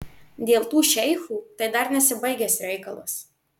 dėl tų šeichų tai dar nesibaigęs reikalas